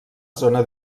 zona